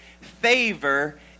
favor